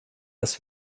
das